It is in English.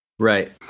right